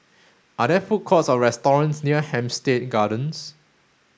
are there food courts or restaurants near Hampstead Gardens